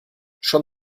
schon